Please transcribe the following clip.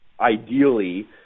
ideally